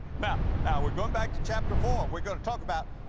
now, now we're going back to chapter four we're going to talk about,